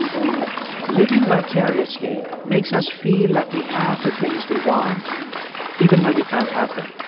living vicariously makes us feel like we have the things we want even when we can't have them.